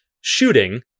shooting